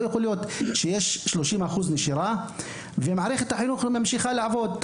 לא יכול להיות שיש 30% נשירה ומערכת החינוך ממשיכה לעבוד כרגיל.